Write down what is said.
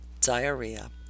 diarrhea